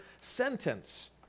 sentence